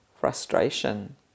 frustration